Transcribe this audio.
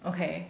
okay